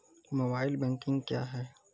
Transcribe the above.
Mobile banking क्या हैं?